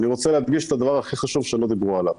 אני רוצה להדגיש את הדבר הכי חשוב שלא דיברו עליו.